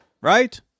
right